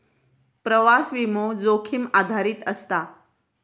प्रवास विमो, जोखीम आधारित असता